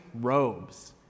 robes